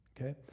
okay